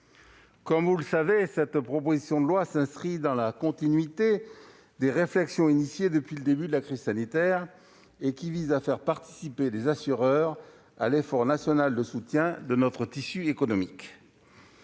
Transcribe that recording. comme vous le savez, cette proposition de loi s'inscrit dans la continuité des réflexions engagées depuis le début de la crise sanitaire, qui visent à faire participer les assureurs à l'effort national de soutien de notre tissu économique.